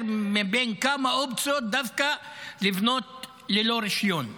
מבין כמה אופציות לבנות דווקא ללא רישיון.